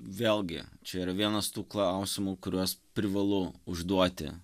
vėlgi čia yra vienas tų klausimų kuriuos privalu užduoti